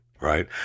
right